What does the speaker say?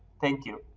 thank you